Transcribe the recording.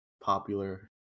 popular